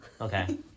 Okay